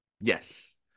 Yes